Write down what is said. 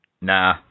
Nah